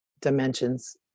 dimensions